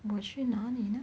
我去哪里呢